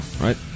right